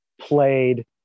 played